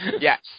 Yes